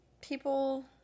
people